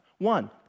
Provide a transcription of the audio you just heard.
One